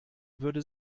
würde